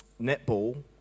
netball